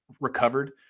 recovered